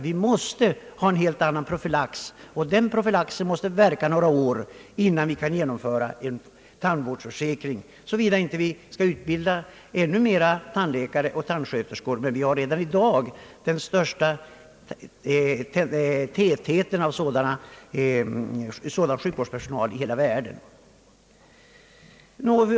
Det måste skapas en effektivare profylax, och denna profylax måste verka några år innan en tandvårdsförsäkring kan genomföras, såvida det inte skall utbildas betydligt fler tandläkare och tandsköterskor — vi har ju redan i dag det största antalet tandläkare och tandsköterskor per invånare i hela världen.